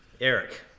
Eric